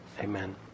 Amen